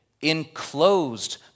enclosed